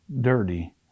dirty